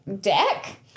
deck